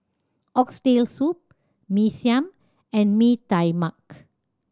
Oxtail Soup Mee Siam and Mee Tai Mak